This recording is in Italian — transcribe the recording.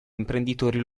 imprenditori